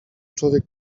człowiek